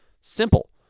simple